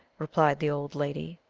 replied the old lady.